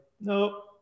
no